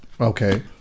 okay